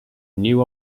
new